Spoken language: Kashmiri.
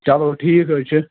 چلو ٹھیٖک حظ چھُ